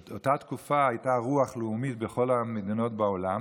באותה תקופה הייתה רוח לאומית בכל המדינות בעולם